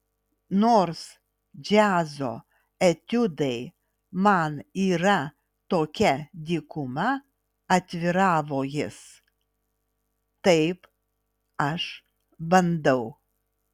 nors džiazo etiudai man yra tokia dykuma atviravo jis taip aš bandau